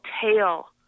tail